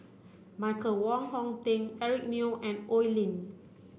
Michael Wong Hong Teng Eric Neo and Oi Lin